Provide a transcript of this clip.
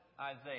Isaiah